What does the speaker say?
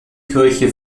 kirche